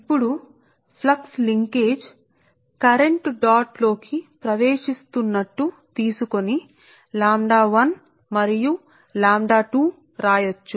ఇప్పుడు flux linkage 1మరియు 2 ఆ డాట్ కరెంట్ ప్రవేశిస్తున్నడాట్ గా వ్రాయవచ్చు